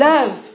Love